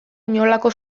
inolako